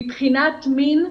מבחינת מין,